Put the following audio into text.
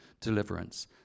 deliverance